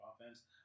offense